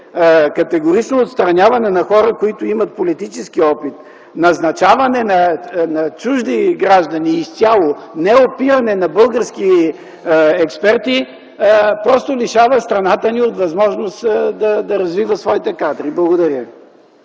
категорично отстраняване на хора, които имат политически опит, назначаване на чужди граждани изцяло, неопиране на български експерти, просто лишава страната ни от възможност да развива своите кадри. Благодаря Ви.